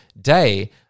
day